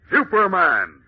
Superman